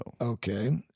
Okay